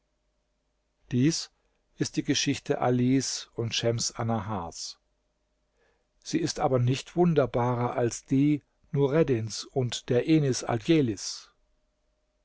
das ist die geschichte alis und schems annahars sie ist aber nicht wunderbarer als die nureddins und der enis